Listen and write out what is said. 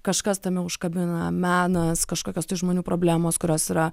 kažkas tame užkabina menas kažkokios tų žmonių problemos kurios yra